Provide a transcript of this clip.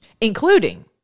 including